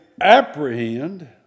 apprehend